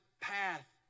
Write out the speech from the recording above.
path